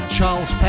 Charles